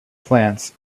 plants